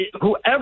whoever